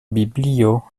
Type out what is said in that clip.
biblio